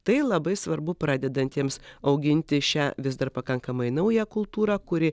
tai labai svarbu pradedantiems auginti šią vis dar pakankamai naują kultūrą kuri